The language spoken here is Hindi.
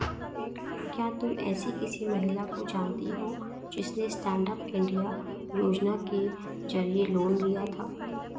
क्या तुम एसी किसी महिला को जानती हो जिसने स्टैन्डअप इंडिया योजना के जरिए लोन लिया था?